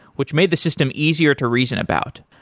which made the system easier to reason about.